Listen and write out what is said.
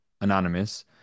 anonymous